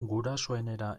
gurasoenera